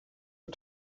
are